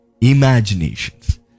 imaginations